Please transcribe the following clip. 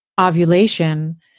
ovulation